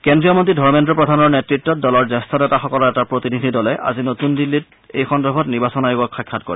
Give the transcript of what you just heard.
কেন্দ্ৰীয় মন্তী ধৰ্মেন্দ্ৰ প্ৰধানৰ নেতৃতত দলৰ জ্যেষ্ঠ নেতাসকলৰ এটা প্ৰতিনিধি দলে আজি নতুন দিল্লীত এই সন্দৰ্ভত নিৰ্বাচন আয়োগক সাক্ষাৎ কৰে